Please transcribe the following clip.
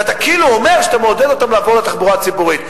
ואתה אומר שאתה מעודד אותם כאילו לעבור לתחבורה הציבורית.